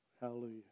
Hallelujah